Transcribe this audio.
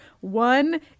one